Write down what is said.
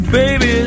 baby